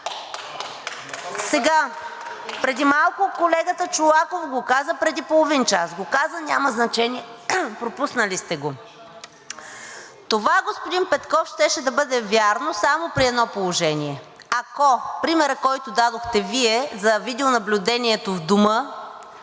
Преди малко колегата Чолаков го каза – преди половин час го каза, няма значение, пропуснали сте го. Това, господин Петков, щеше да бъде вярно само при едно положение, ако примерът, който дадохте Вие за видеонаблюдението в дома,